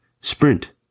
Sprint